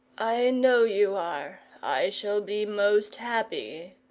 i know you are. i shall be most happy,